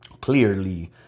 clearly